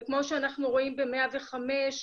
וכמו שאנחנו רואים ב-105,